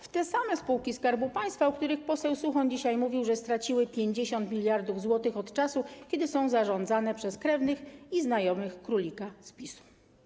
W te same spółki Skarbu Państwa, o których poseł Suchoń dzisiaj mówił, że straciły 50 mld zł, od kiedy są zarządzane przez krewnych i znajomych królika z PiS-u.